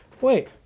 Wait